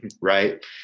Right